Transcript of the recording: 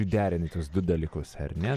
derini tuos du dalykus ar ne